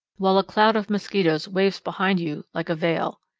while a cloud of mosquitoes waves behind you like a veil.